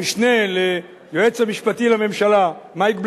המשנה ליועץ המשפטי לממשלה מייק בלס,